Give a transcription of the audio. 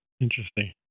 Interesting